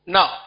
Now